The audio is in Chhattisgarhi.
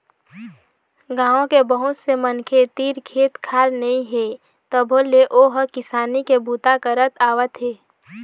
गाँव के बहुत से मनखे तीर खेत खार नइ हे तभो ले ओ ह किसानी के बूता करत आवत हे